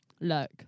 Look